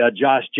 Josh